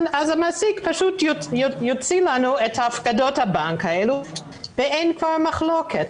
המעסיק פשוט יוציא לנו את הפקדות הבנק האלה ואין פה מחלוקת.